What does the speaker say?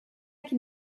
can